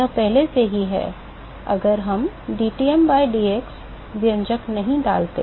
यह पहले से ही है अगर हम dTm by dx व्यंजक नहीं डालें